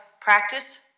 practice